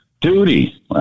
Duty